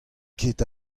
ket